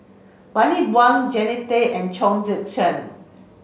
Bani Buang Jannie Tay and Chong Tze Chien